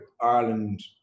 Ireland